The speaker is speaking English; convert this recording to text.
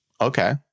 Okay